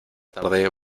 tarde